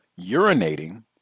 urinating